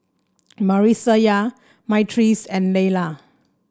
Marissa Myrtice and Leila